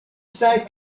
spijt